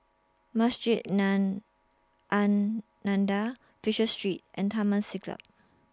Masjid Nam An Fisher Street and Taman Siglap